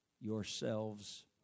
yourselves